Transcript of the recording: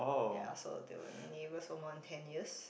ya so they were neighbours for more than ten years